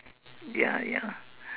ya ya